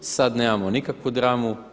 Sada nemamo nikakvu dramu.